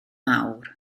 awr